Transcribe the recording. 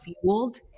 fueled